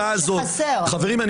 חברים,